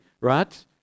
right